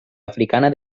africana